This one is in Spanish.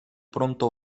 pronto